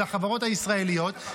של החברות הישראליות.